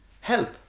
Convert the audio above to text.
help